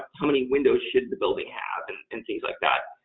how many windows should the building have, and and things like that.